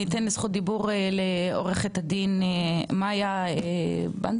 ניתן את זכות הדיבור לעורכת הדין מאיה בנדס.